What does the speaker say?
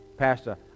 Pastor